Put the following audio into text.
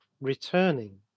returning